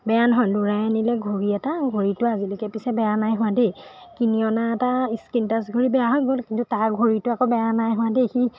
বেয়া নহয় ল'ৰাই আনিলে ঘড়ী এটা ঘড়ীটো আজিলৈকে পিছে বেয়া নাই হোৱা দেই কিনি অনা এটা স্ক্ৰিন টাচ ঘড়ী বেয়া হৈ গ'ল কিন্তু তাৰ ঘড়ীটো আকৌ বেয়া নাই হোৱা দেই সি